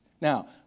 Now